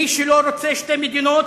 מי שלא רוצה שתי מדינות,